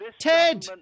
Ted